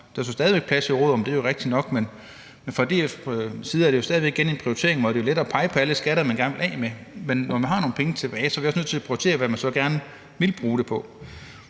Der er så stadig væk plads i råderummet; det er jo rigtigt nok, men fra DF's side er det stadig væk igen en prioritering, hvor det er let at pege på alle de skatter, man gerne vil af med, men når man har nogle penge tilbage, er vi også nødt til at prioritere, hvad man så gerne vil bruge dem på.